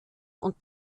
und